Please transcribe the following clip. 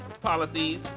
policies